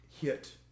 hit